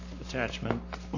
attachment